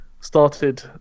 started